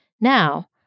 Now